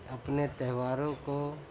اپنے تیوہاروں کو